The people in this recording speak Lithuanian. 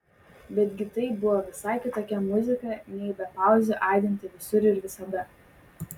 betgi tai buvo visai kitokia muzika nei be pauzių aidinti visur ir visada